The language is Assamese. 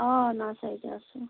অ নাৰ্চাৰীতে আছোঁ